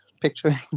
picturing